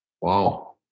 Wow